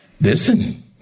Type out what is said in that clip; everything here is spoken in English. Listen